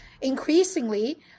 increasingly